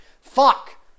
Fuck